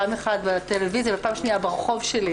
פעם אחת בטלוויזיה ופעם שנייה ברחוב שלי